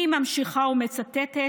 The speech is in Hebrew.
אני ממשיכה ומצטטת.